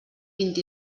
vint